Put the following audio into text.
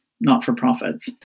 not-for-profits